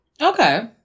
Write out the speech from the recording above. Okay